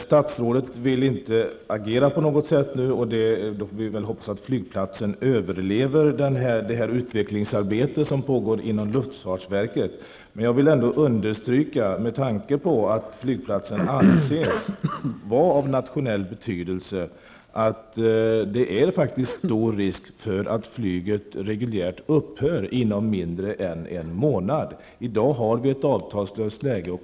Statsrådet vill inte agera nu. Vi får hoppas att flygplatsen överlever det utredningsarbete som pågår inom luftfartsverket. Med tanke på att flygplatsen anses vara av nationell betydelse vill jag understryka att det faktiskt finns risk för att det reguljära flyget upphör inom mindre än en månad. I dag har vi ett avtalslöst läge.